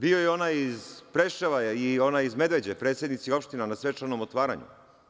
Bio je onaj iz Preševa i onaj iz Medveđe, predsednici opština, na svečanom otvaranju.